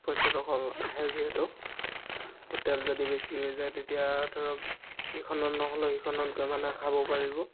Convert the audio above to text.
পৰ্য্যতকসকল আহে যিহেতু হোটেল যদি বেছি হৈ যায় তেতিয়া ধৰক ইখনত নহ'লেও সিখনত গৈ মানুহে খাব পাৰিব